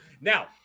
Now